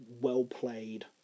well-played